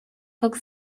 как